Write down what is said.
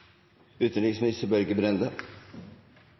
utenriksminister Børge Brende